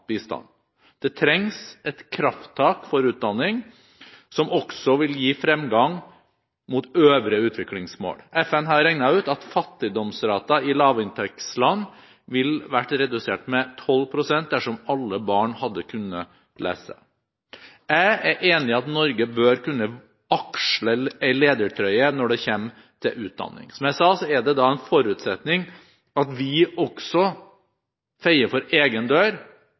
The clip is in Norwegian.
bistand. Det trengs et krafttak for utdanning, som også vil gi fremgang mot øvrige utviklingsmål. FN har regnet ut at fattigdomsraten i lavinntektsland ville vært redusert med 12 pst. dersom alle barn hadde kunnet lese. Jeg er enig i at Norge bør kunne aksle en ledertrøye når det kommer til utdanning. Som jeg sa, er det en forutsetning at vi også feier for egen dør